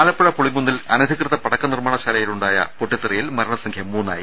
ആലപ്പുഴ പുളിങ്കുന്നിൽ അനധികൃത പടക്ക നിർമ്മാണ ശാലയിലുണ്ടായ പൊട്ടിത്തെറിയിൽ മരണ സംഖ്യ മൂന്നായി